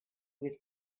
was